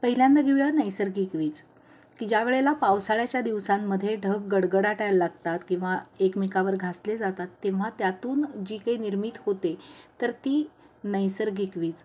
पहिल्यांदा घेऊया नैसर्गिक वीज की ज्यावेळेला पावसाळ्याच्या दिवसांमध्ये ढग गडगडाटायला लागतात किंवा एकमेकावर घासले जातात तेव्हा त्यातून जी काही निर्मित होते तर ती नैसर्गिक वीज